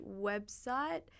website